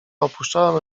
opuszczałem